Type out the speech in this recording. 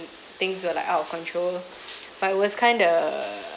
things were like out of control but it was kind of